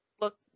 look